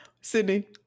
sydney